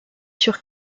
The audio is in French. sûr